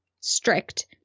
strict